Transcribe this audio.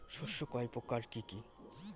শস্য কয় প্রকার কি কি?